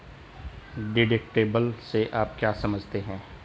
Deductible से आप क्या समझते हैं?